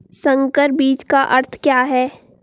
संकर बीज का अर्थ क्या है?